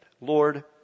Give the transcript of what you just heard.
Lord